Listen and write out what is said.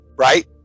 Right